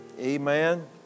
Amen